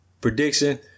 prediction